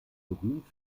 berühmt